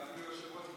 ואפילו היושב-ראש,